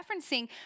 referencing